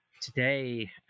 today